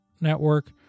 network